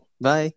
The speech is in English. Bye